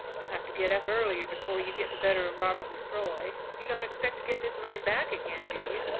you'll have to get up earlier before you get the better of robert lefroy. you don't expect to get this money back again do you?